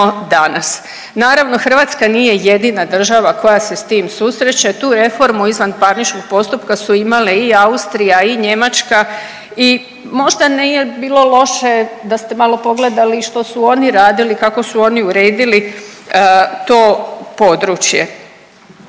danas. Naravno Hrvatska nije jedina država koja se s tim susreće, tu reformu izvanparničnog postupka su imale i Austrija i Njemačka i možda nije bilo loše da ste malo i pogledali što su oni radili, kako su oni uredili to područje.